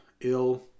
ill